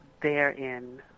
therein